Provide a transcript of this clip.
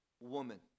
woman